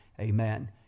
amen